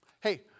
Hey